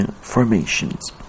formations